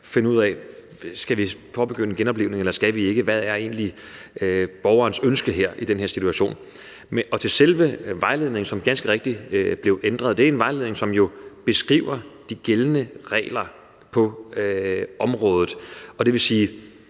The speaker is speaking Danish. finde ud af, om man skal påbegynde genoplivning eller ikke, og hvad der egentlig er borgerens ønske i den her situation. Og til selve vejledningen, som ganske rigtigt blev ændret: Det er en vejledning, som jo beskriver de gældende regler på området, og det vil sige,